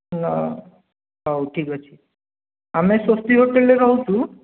ନା ହଉ ଠିକ୍ ଅଛି ଆମେ ସ୍ଵସ୍ତି ହୋଟେଲ୍ରେ ରହୁଛୁ